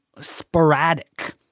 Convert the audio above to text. sporadic